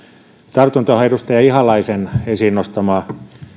tartun tuohon edustaja ihalaisen esiin nostamaan